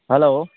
hello